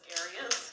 areas